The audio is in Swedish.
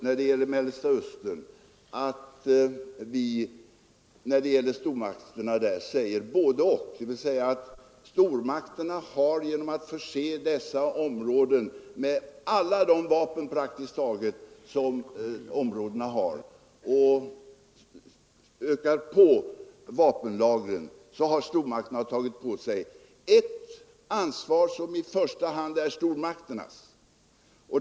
När det gäller stormakternas agerande i Mellersta Östern säger vi bådeoch, dvs. att stormakterna genom att förse dessa områden med praktiskt taget alla de vapen som finns där och ytterligare öka på vapenlagren tagit på sig ett ansvar som i första hand är stormakternas.